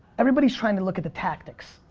everybody's trying to look at the tactics.